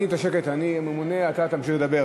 על השקט אני ממונה, אתה תמשיך לדבר.